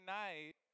night